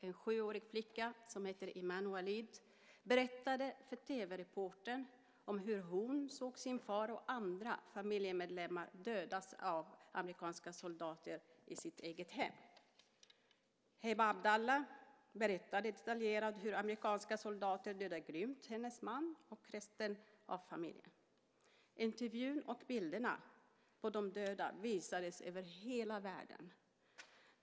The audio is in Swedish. En sjuårig flicka, Iman Walid, berättade för tv-reportern hur hon såg sin far och andra familjemedlemmar dödas av amerikanska soldater i deras eget hem. Heba Abdalla berättade detaljerat hur amerikanska soldater grymt dödade hennes man och resten av familjen. Intervjun och bilderna på de döda visades över hela världen.